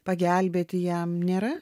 pagelbėti jam nėra